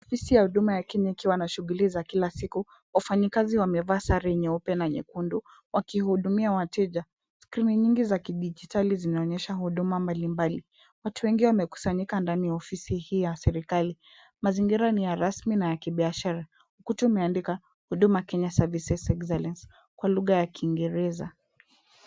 Ofisi ya Huduma Kenya ikiwa na shughuli za Kila siku. Wafanyikazi wamevaa sare nyeupe na nyekundu wakihudumia wateja. Skirini nyingi za kidijitali zinaonyesha huduma mbalimbali. Watu wengi wamekusanyika ndani ya ofisi hii ya serikali. Mazingira ni ya rasmi na ya kibiashara. Ukuta umeandikwa, Huduma Kenya Services Excellence kwa lugha ya kiiengereza.